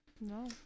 No